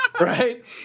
right